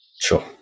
Sure